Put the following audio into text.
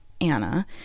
Anna